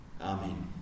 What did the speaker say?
Amen